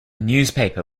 newspaper